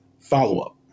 follow-up